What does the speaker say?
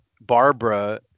Barbara